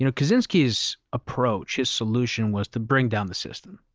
you know kaczynski's approach, his solution was to bring down the system.